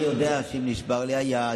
אני יודע שאם נשברה לי היד,